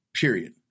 Period